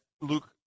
Luke